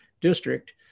district